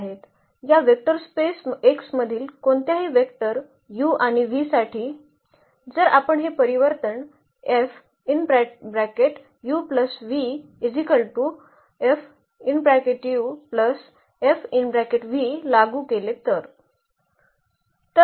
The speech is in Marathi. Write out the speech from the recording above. या वेक्टर स्पेस X मधील कोणत्याही वेक्टर u आणि v साठी जर आपण हे परिवर्तन लागू केले तर